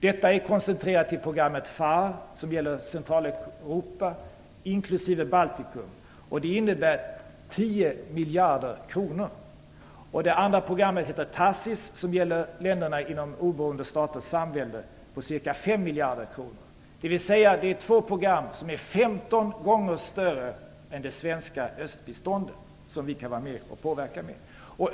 Detta är koncentrerat till Baltikum. Det innebär 10 miljarder kronor. Det andra programmet heter TACIS. Det gäller länderna inom miljarder kronor. Det är alltså två program som är 15 gånger större än det svenska östbiståndet och som vi kan vara med och påverka.